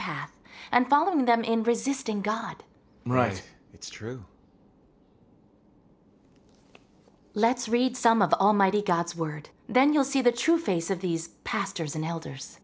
path and following them in resisting god right it's true let's read some of almighty god's word then you'll see the true face of these pastors and elders